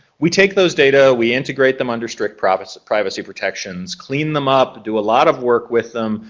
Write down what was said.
we take those data, we integrate them under strict privacy privacy protections, clean them up, do a lot of work with them,